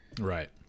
Right